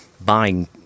buying